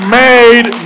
made